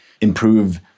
improve